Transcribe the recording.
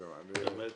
באמת